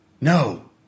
No